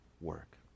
work